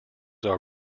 are